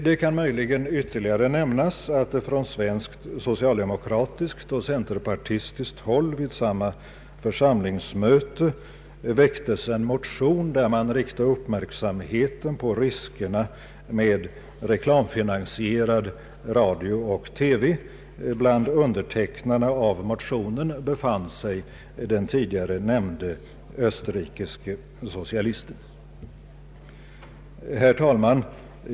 Det kan möjligen ytterligare nämnas att från svenskt socialdemokratiskt och centerpartistiskt håll vid samma församlingsmöte väcktes en motion i vilken uppmärksamheten riktades på riskerna med reklamfinansierad radio och TV. Bland undertecknarna av motionen befann sig den tidigare nämnde österrikiske socialisten. Herr talman!